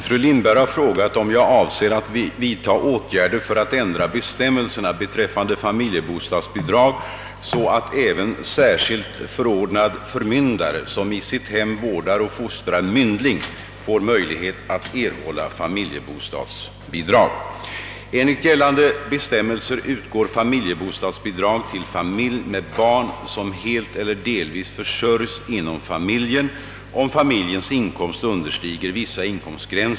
Fru Lindberg har frågat, om jag avser att vidta åtgärder för att ändra bestämmelserna beträffande familjebostadsbidrag så att även särskilt förordnad förmyndare, som i sitt hem vårdar och fostrar myndling, får möjlighet att erhålla familjebostadsbidrag.